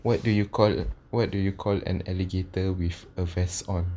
what do you call a what do you call an alligator with a vest on